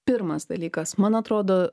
pirmas dalykas man atrodo